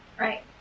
Right